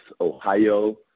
Ohio